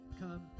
come